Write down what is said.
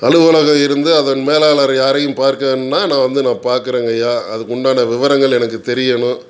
அலுவலகம் இருந்து அதன் மேலாளர் யாரையும் பார்க்கணுன்னால் நான் வந்து நான் பார்க்குறேங்கய்யா அதுக்கு உண்டான விவரங்கள் எனக்குத் தெரியணும்